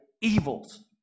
evils